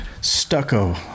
stucco